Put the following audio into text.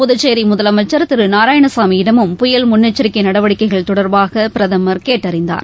புதுக்சேிமுதலமைச்ச் திருநாராயணசாமியிடமும் புயல் முன்னெச்சிக்கைநடவடிக்கைகள் தொடர்பாகபிரதமா் கேட்டறிந்தார்